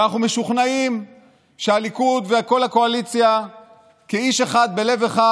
ואנחנו משוכנעים שהליכוד וכל הקואליציה כאיש אחד בלב אחד